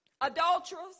adulterers